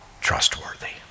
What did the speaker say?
trustworthy